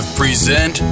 present